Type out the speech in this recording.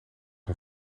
een